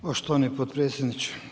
Poštovani potpredsjedniče.